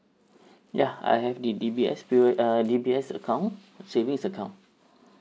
ya I have the D_B_S P O uh D_B_S account savings account